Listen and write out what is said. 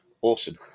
awesome